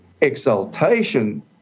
exaltation